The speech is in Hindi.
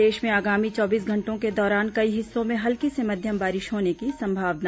प्रदेश में आगामी चौबीस घंटों के दौरान कई हिस्सों में हल्की से मध्यम बारिश होने की संभावना